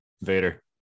vader